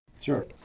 Sure